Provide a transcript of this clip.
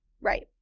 Right